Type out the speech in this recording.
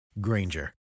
Granger